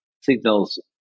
signals